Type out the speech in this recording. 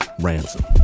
Ransom